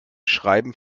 schreiben